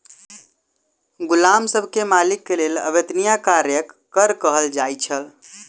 गुलाम सब के मालिक के लेल अवेत्निया कार्यक कर कहल जाइ छल